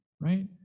right